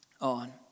on